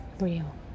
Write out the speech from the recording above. real